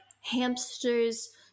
hamsters